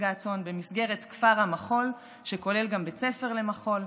געתון במסגרת כפר המחול שכולל גם בית ספר למחול,